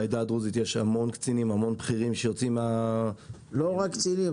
בעדה הדרוזית יש הרבה קצינים ובכירים --- לא רק קצינים,